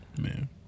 Man